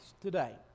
today